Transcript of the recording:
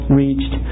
reached